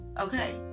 Okay